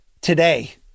today